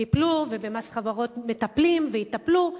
טיפלו, ובמס חברות מטפלים ויטפלו.